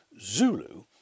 Zulu